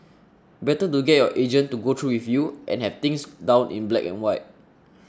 better to get your agent to go through with you and have things down in black and white